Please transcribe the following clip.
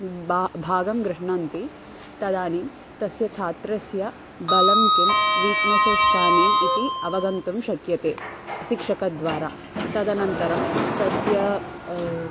बा भागं गृह्णन्ति तदानीं तस्य छात्रस्य बलं किं वीक्नसस् कानि इति अवगन्तुं शक्यते शिक्षकद्वारा तदनन्तरं तस्य